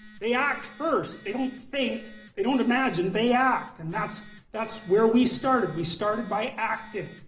they act first. they don't think, they don't imagine, they act. and that's that's where we started, we started by acting.